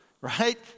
Right